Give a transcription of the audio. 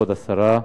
כבוד השרה,